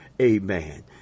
Amen